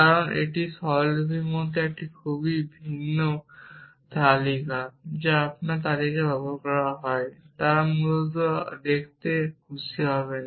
কারণ এটি স্বরলিপির মতো একটি খুব অভিন্ন তালিকা যা আপনারা যারা তালিকা ব্যবহার করছেন তারা মূলত দেখতে খুশি হবেন